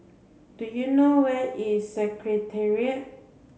do you know where is Secretariat